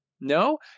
No